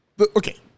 Okay